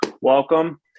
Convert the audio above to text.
welcome